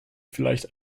vielleicht